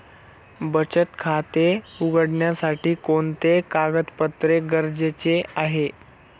बचत खाते उघडण्यासाठी कोणते कागदपत्रे गरजेचे आहे?